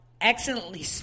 excellently